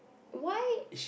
why